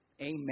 Amen